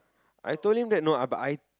I told him that no ah but I